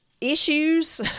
issues